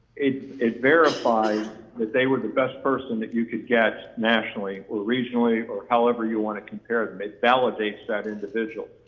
it it verifies that they were the best person that you could get nationally or regionally or however you want to compare them, it validates that individual.